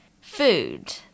food